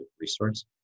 resource